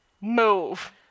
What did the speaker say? move